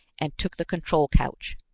and took the control couch.